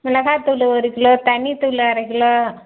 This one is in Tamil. மிளகா தூள் ஒரு கிலோ தனித்தூள் அரைக்கிலோ